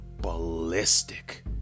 ballistic